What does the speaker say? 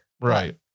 Right